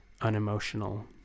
unemotional